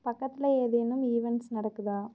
பக்கத்தில் ஏதேனும் ஈவெண்ட்ஸ் நடக்குதா